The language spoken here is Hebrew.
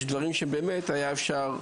יש דברים שבאמת היה אפשר לעשות,